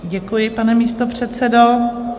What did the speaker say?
Děkuji, pane místopředsedo.